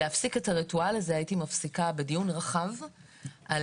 הייתי מפסיקה את הריטואל הזה בדיון רחב על